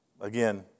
Again